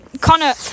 Connor